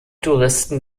touristen